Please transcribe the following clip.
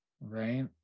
Right